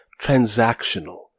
transactional